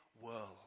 world